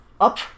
Up